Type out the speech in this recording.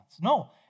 No